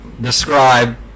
describe